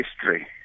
history